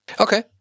Okay